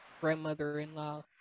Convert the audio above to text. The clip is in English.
grandmother-in-law